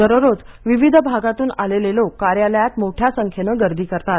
दररोज विविध भागातून आलेले लोक कार्यालयात मोठ्या संख्येनं गर्दी करतात